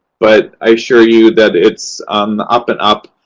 but i assure you that it's on the up-and-up.